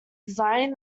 designing